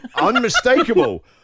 unmistakable